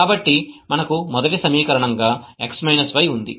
కాబట్టి మనకు మొదటి సమీకరణంగా x y ఉంది